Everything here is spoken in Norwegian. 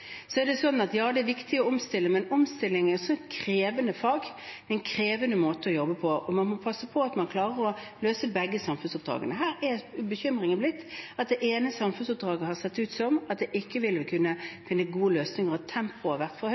Ja, det er viktig å omstille, men omstilling er et krevende fag, det er en krevende måte å jobbe på, og en må passe på at en klarer å løse begge samfunnsoppdragene. Her er bekymringen blitt at det ene samfunnsoppdraget har sett ut som at det ikke ville kunne finne gode løsninger, og tempoet har vært for